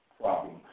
problem